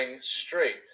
straight